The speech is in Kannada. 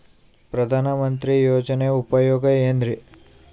ಪ್ರಧಾನಮಂತ್ರಿ ಯೋಜನೆ ಉಪಯೋಗ ಏನ್ರೀ?